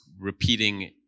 repeating